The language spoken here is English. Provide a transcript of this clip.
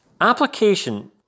Application